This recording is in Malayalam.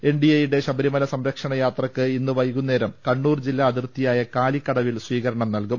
എൻഡിഎ യുടെ ശബരിമല സംരക്ഷണ രഥയാത്രക്ക് ഇന്ന് വൈകുന്നേരം കണ്ണൂർ ജില്ലാ അതിർത്തിയായ കാലിക്കടവിൽ സ്വീകരണം നൽകും